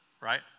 right